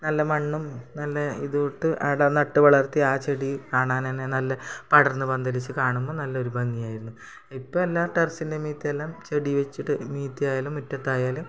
നല്ല മണ്ണും നല്ല ഇതു ഇട്ട് ആടെ നട്ട് വളർത്തിയ ആ ചെടി കാണാൻ തന്നെ നല്ല പടർന്ന് പന്തലിച്ച് കാണുമ്പോൾ നല്ലൊരു ഭംഗിയായിരുന്നു ഇപ്പെല്ലാം ടെറസിൻ്റെ മീതെല്ലാം ചെടി വച്ചിട്ട് മീതെ ആയാലും മിറ്റത്തായാലും